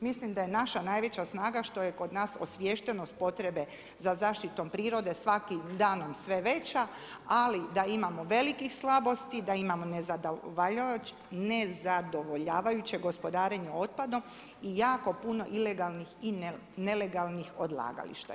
Mislim da je naša najveća snaga što je kod nas osviještenost potrebe za zaštitom prirode svakim danom sve veća, ali da imamo velikih slabosti, da imamo nezadovoljavajuće gospodarenje otpadom i jako puno ilegalnih i nelegalnih odlagališta.